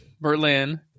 Berlin